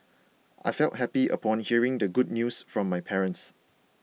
I felt happy upon hearing the good news from my parents